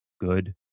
good